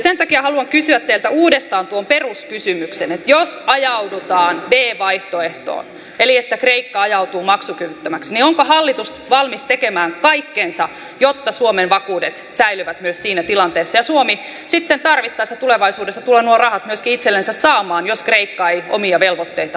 sen takia haluan kysyä teiltä uudestaan tuon peruskysymyksen että jos ajaudutaan b vaihtoehtoon eli kreikka ajautuu maksukyvyttömäksi niin onko hallitus valmis tekemään kaikkensa jotta suomen vakuudet säilyvät myös siinä tilanteessa ja suomi sitten tarvittaessa tulevaisuudessa tulee nuo rahat myöskin itsellensä saamaan jos kreikka ei omia velvoitteitaan maksa